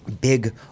big